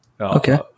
Okay